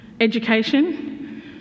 education